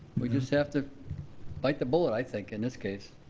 we just have to bite the bullet, i think, in this case.